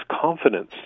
confidence